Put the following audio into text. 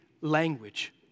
language